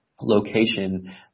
location